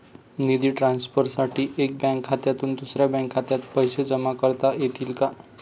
निधी ट्रान्सफरसाठी एका बँक खात्यातून दुसऱ्या बँक खात्यात पैसे जमा करता येतील का?